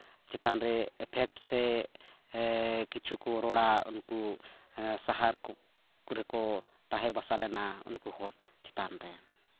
ᱪᱮᱛᱟᱱ ᱨᱮ ᱮᱯᱷᱮᱠᱴ ᱥᱮ ᱠᱤᱪᱷᱩ ᱠᱚ ᱨᱚᱲᱟ ᱩᱱᱠᱩ ᱥᱟᱦᱟᱨ ᱠᱚᱨᱮ ᱠᱚ ᱛᱟᱦᱮᱸ ᱵᱟᱥᱟ ᱞᱮᱱᱟ ᱩᱱᱠᱩ ᱦᱚᱲ ᱪᱮᱛᱟᱱ ᱨᱮ